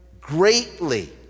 greatly